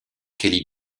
kelly